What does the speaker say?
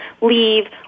leave